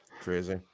crazy